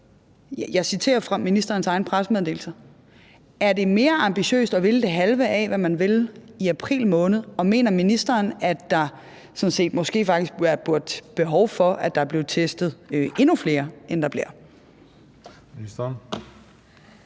Jeg citerer fra ministerens egne pressemeddelelser. Er det mere ambitiøst at ville det halve af, hvad man ville i april måned, og mener ministeren, at der sådan set måske faktisk er et behov for, at der bliver testet endnu flere, end der bliver?